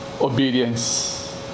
obedience